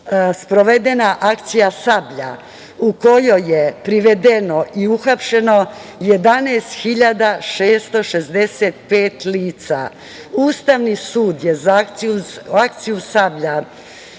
sprovedena akcija “Sablja“ u kojoj je privedeno i uhapšeno 11.665 lica. Ustavni sud je za akciju „Sablja“